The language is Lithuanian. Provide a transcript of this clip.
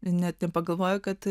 net nepagalvoju kad